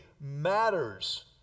matters